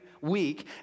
week